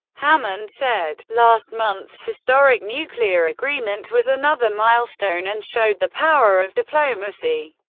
hammond said last month's historic nuclear agreement was another milestone, and showed the power of diplomacy,